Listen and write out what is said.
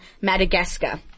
Madagascar